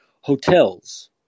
hotels